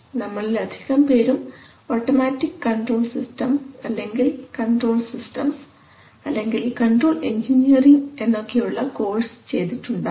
നമ്മളിൽ അധികംപേരും automatic control system അല്ലെങ്കിൽ കൺട്രോൾ സിസ്റ്റംസ് അല്ലെങ്കിൽ കൺട്രോൾ എൻജിനീയറിങ് എന്നൊക്കെയുള്ള കോഴ്സ് ചെയ്തിട്ടുണ്ടാവും